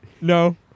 No